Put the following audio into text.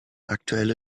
aktuelle